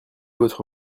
votre